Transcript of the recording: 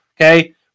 okay